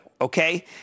okay